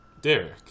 Derek